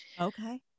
Okay